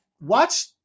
Watch